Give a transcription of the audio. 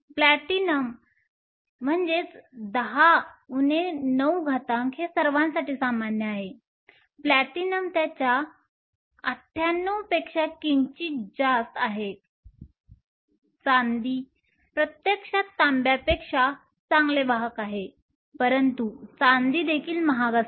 platinum त्याच्या 98 पेक्षा किंचित जास्त आहे चांदी प्रत्यक्षात तांब्यापेक्षा चांगले वाहक आहे परंतु चांदी देखील महाग असते